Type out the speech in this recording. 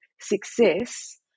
success